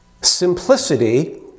simplicity